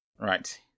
Right